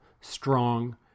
strong